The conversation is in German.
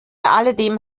alledem